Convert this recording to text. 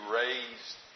raised